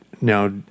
Now